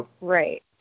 right